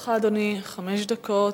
לרשותך חמש דקות.